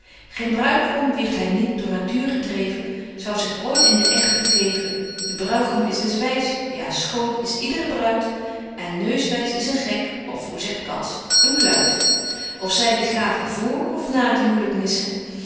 geen bruidegom wierdt hy niet door natuur gedreven zou zich ooit in den echt begeven de bruigom is des wys ja schoon is ydre bruid en neuswys is een gek of hoe zegt cats een kluit of zy die gaven vr of na het huwlyk missen